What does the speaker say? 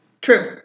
true